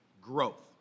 growth